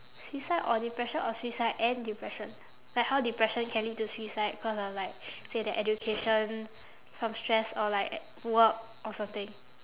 suicide or depression or suicide and depression like how depression can lead to suicide cause of like say that education from stress or like work or something